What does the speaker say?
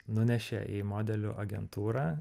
nunešė į modelių agentūrą